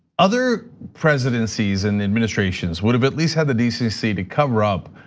other presidencies and administrations would have at least had the decency to cover up.